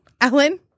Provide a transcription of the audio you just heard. Ellen